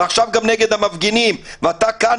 ועכשיו גם נגד המפגינים - ואתה כאן